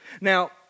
Now